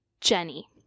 jenny